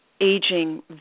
aging